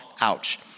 Ouch